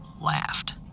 laughed